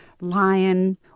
lion